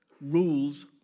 rules